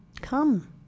come